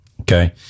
Okay